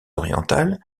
orientales